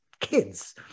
kids